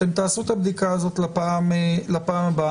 תעשו את הבדיקה הזו לפעם הבאה.